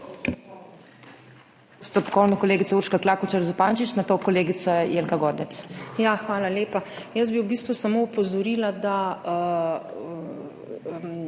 Hvala lepa. Jaz bi v bistvu samo opozorila, da